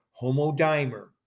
homodimer